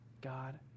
God